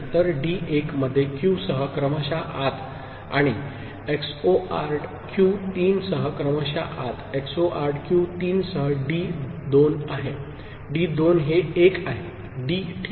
तर डी 1 मध्ये क्यू सह क्रमशः आत आणि एक्सओरिड क्यू 3 सह क्रमशः आत एक्सओरड क्यू 3 सह डी 2 आहे डी 2 हे एक आहे ठीक आहे